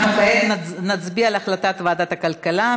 אנחנו כעת נצביע על החלטת ועדת הכלכלה.